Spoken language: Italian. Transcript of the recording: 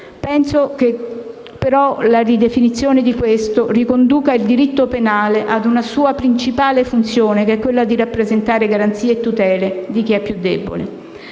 penso che la ridefinizione di questo riconduca il diritto penale alla sua principale funzione che è quella di rappresentare garanzie e tutele per chi è più debole.